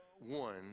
one